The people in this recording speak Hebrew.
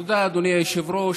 תודה, אדוני היושב-ראש.